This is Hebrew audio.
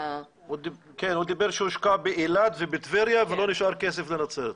הוא אמר שהושקע באילת ובטבריה ולא נשאר כסף לנצרת.